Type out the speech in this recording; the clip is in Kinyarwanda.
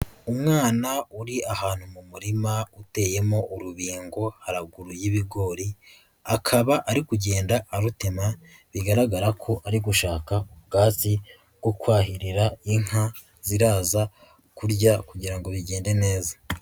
Umwana uri ahantu mu murima uteyemo urubingo haraguru y'ibigori akaba ari kugenda arutena bigaragara ko ari gushaka ubwatsi bwo kwahirira inka ziraza kurya kugira ngo bigende neza.